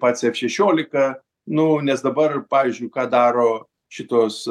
pats f šešiolika nu nes dabar pavyzdžiui ką daro šitos